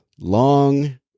long